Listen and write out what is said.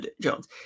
Jones